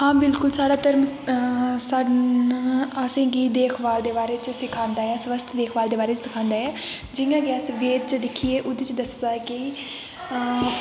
हां बिल्कुल साढ़ा धर्म स्हानू असें गी देखभाल दे बारे सखांदा स्वस्थ देखभाल दे बारे च सखांदा ऐ जियां केह् अस वेद च दिक्खियै उ'दे च दस्सेआ ऐ कि असें